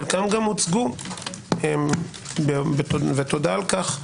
חלקם גם הוצגו ותודה על כך,